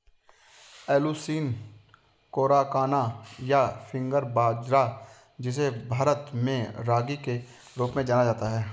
Eleusine coracana, या finger बाजरा, जिसे भारत में रागी के रूप में जाना जाता है